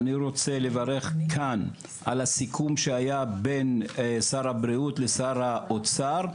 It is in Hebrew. אני רוצה לברך כאן על הסיכום שהיה בין שר הבריאות לשר האוצר,